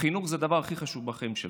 חינוך זה הדבר הכי חשוב בחיים שלנו,